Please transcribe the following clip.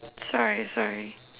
sorry sorry